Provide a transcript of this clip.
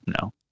no